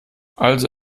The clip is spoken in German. also